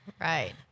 Right